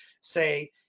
say